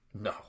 no